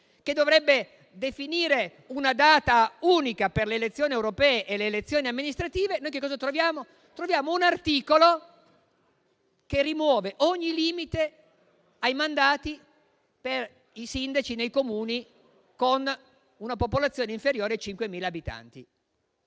elezioni e definire una data unica per le elezioni europee e amministrative, un articolo che rimuove ogni limite ai mandati per i sindaci nei Comuni con una popolazione inferiore ai 5.000 abitanti.